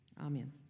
amen